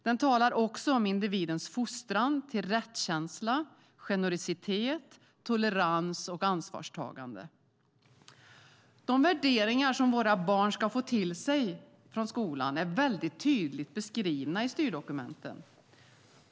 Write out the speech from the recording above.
Den talar också om individens fostran till rättskänsla, generositet, tolerans och ansvarstagande. De värderingar som våra barn ska få till sig från skolan är väldigt tydligt beskrivna i styrdokumenten.